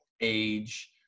age